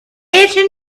another